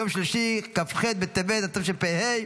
יום שלישי כ"ח בטבת התשפ"ה,